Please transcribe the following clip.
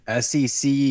SEC